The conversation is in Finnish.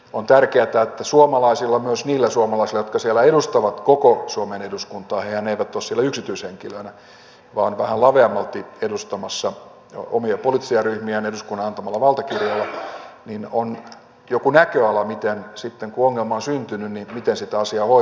on tärkeätä että suomalaisilla myös niillä suomalaisilla jotka siellä edustavat koko suomen eduskuntaa hehän eivät ole siellä yksityishenkilöinä vaan vähän laveammalti edustamassa omia poliittisia ryhmiään eduskunnan antamalla valtakirjalla on joku näköala miten sitten kun ongelma on syntynyt sitä asiaa hoidetaan